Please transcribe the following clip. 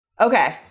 Okay